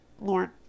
Lauren